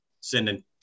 sending